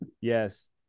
Yes